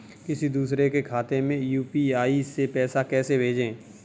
किसी दूसरे के खाते में यू.पी.आई से पैसा कैसे भेजें?